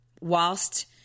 whilst